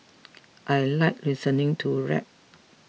I like listening to rap